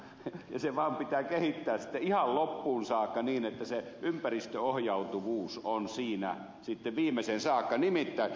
se vaan pitää kehittää sitten ihan loppuun saakka niin että se ympäristöohjautuvuus on siinä viimeiseen saakka